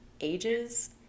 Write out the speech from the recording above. ages